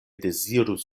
dezirus